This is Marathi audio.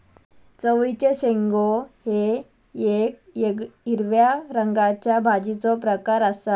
चवळीचे शेंगो हे येक हिरव्या रंगाच्या भाजीचो प्रकार आसा